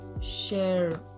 share